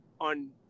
on